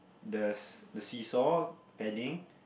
the the seasaw padding